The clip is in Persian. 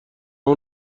اون